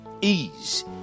Ease